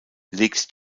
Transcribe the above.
legt